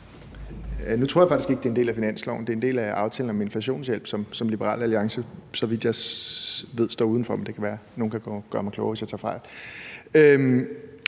Nu tror jeg faktisk ikke, det er en del af finansloven, men at det er en del af aftalen om inflationshjælp, som Liberal Alliance, så vidt jeg ved, står uden for. Men det kan være, at nogen kan gøre mig klogere, hvis jeg tager fejl.